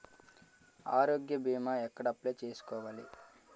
ఆరోగ్య భీమా ఎక్కడ అప్లయ్ చేసుకోవాలి?